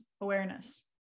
awareness